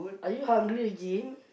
are you hungry again